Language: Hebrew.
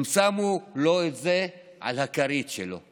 הם שמו לו את זה על הכרית שלו.